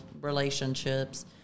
relationships